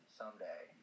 someday